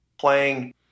playing